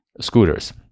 scooters